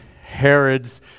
Herod's